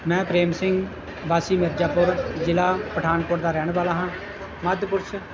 ਮੈਂ ਪ੍ਰੇਮ ਸਿੰਘ ਵਾਸੀ ਮਿਰਜਾਪੁਰ ਜ਼ਿਲ੍ਹਾ ਪਠਾਨਕੋਟ ਦਾ ਰਹਿਣ ਵਾਲਾ ਹਾਂ ਮੱਧ ਪੁਰਸ਼